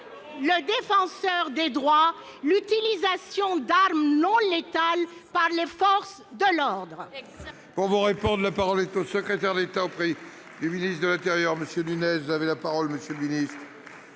le Défenseur des droits, l'utilisation d'armes non létales par les forces de l'ordre